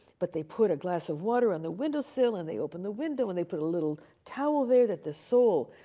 but they put a glass of water on the windowsill and they open the window and they put a little towel there of the soul.